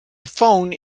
phone